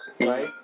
Right